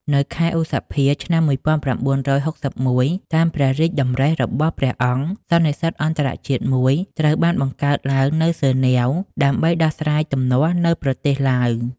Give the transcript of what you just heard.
នៅខែឧសភា ឆ្នាំ១៩៦១ តាមព្រះរាជតម្រិះរបស់ព្រះអង្គ សន្និសីទអន្តរជាតិមួយត្រូវបានបង្កើតឡើងនៅហ្សឺណែវ ដើម្បីដោះស្រាយទំនាស់នៅប្រទេសឡាវ។